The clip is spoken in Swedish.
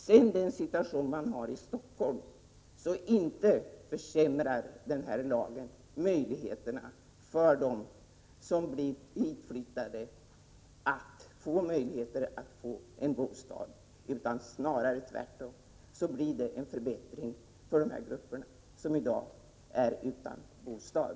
Bostadssituationen i Stockholm är svår, men inte försämrar den här lagen möjligheterna för dem som flyttar hit att få en bostad. Det blir snarare en förbättring för de grupper som i dag är utan bostad.